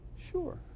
Sure